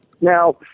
Now